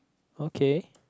okay